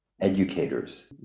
educators